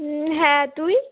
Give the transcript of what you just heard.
হুম হ্যাঁ তুই